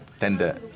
tender